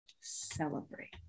celebrate